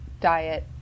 diet